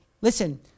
listen